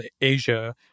Asia